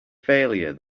failure